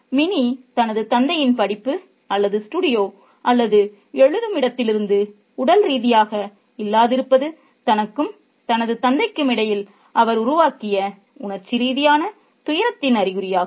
mini தனது தந்தையின் படிப்பு அல்லது ஸ்டுடியோ அல்லது எழுதும் இடத்திலிருந்து உடல் ரீதியாக இல்லாதிருப்பது தனக்கும் தனது தந்தையுக்கும் இடையில் அவர் உருவாக்கிய உணர்ச்சி ரீதியான தூரத்தின் அறிகுறியாகும்